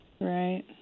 Right